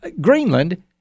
Greenland